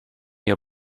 your